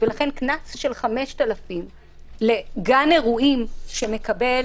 ולכן קנס של 5,000 ש"ח לגן אירועים שמקבל